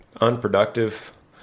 unproductive